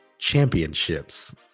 Championships